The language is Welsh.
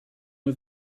nhw